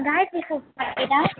Gayathri fruits கடைங்களா